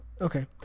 Okay